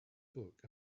book